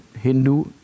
Hindu